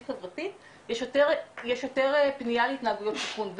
חברתית יש יותר פניה פנייה להתנהגויות סיכון.